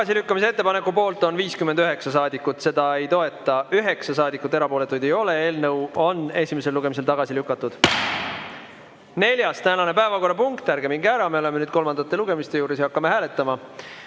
Tagasilükkamise ettepaneku poolt on 59 saadikut, seda ei toeta 9 saadikut, erapooletuid ei ole. Eelnõu on esimesel lugemisel tagasi lükatud. Neljas tänane päevakorrapunkt – ärge minge ära, me oleme kolmandate lugemiste juures ja hakkame hääletama